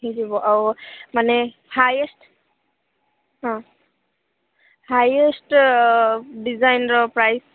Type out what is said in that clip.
ହେଇଯିବ ଆଉ ମାନେ ହାଇଏଷ୍ଟ ହଁ ହାଇଏଷ୍ଟ ଡ଼ିଜାଇନର ପ୍ରାଇସ୍